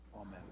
amen